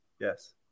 yes